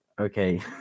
Okay